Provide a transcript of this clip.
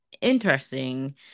interesting